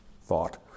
thought